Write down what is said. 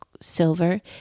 silver